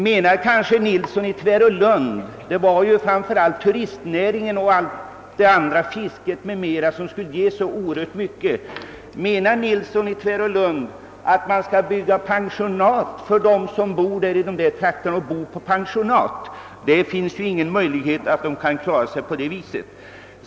Man framhöll då att turistnäringen, fisket o.s.v. skulle skapa sysselsättning. Menar herr Nilsson i Tvärålund kanske att man skall bygga pensionat åt dem som bor i dessa trakter? Det ger dåliga möjligheter att klara sysselsättningen på det viset.